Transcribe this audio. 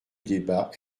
débat